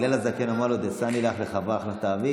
הלל הזקן אמר לו: "דעלך סני לחברך לא תעביד",